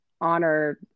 honor